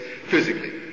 physically